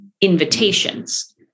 invitations